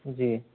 जी